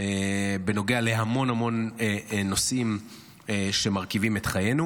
בנוגע להמון המון נושאים שמרכיבים את חיינו.